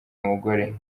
umugore